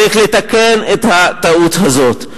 צריך לתקן את הטעות הזאת,